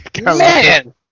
Man